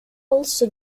also